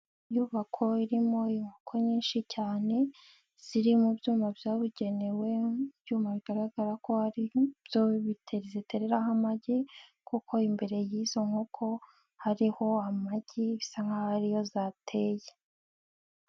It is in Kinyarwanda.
Inyubako irimo inkoko nyinshi cyane ziri mu byuma byabugenewe, ibyuma bigaragara ko ari byo zitereraho amagi kuko imbere y'izo nkoko hariho amagi bisa nk'a ariyo zateye.